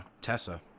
Tessa